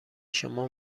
شما